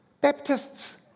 Baptists